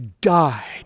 died